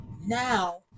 now